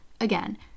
again